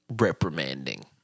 reprimanding